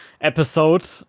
episode